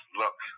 look